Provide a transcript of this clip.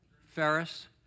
Ferris